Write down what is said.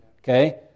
Okay